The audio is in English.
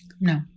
No